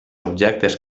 objectes